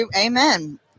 Amen